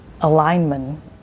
alignment